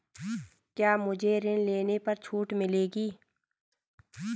क्या मुझे ऋण लेने पर छूट मिलेगी?